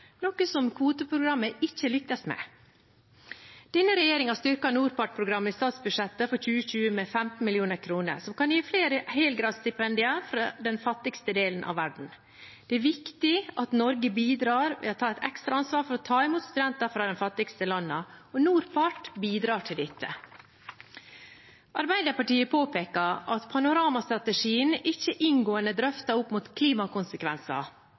noe som kvoteprogrammet ikke lyktes med. Denne regjeringen styrker NORPART-programmet i statsbudsjettet for 2021 med 15 mill. kr., noe som kan gi flere helgradsstipend fra den fattigste delen av verden. Det er viktig at Norge bidrar ved å ta et ekstra ansvar for å ta imot studenter fra de fattigste landene. NORPART bidrar til dette. Arbeiderpartiet påpeker at Panorama-strategien ikke er inngående drøftet med tanke på klimakonsekvenser,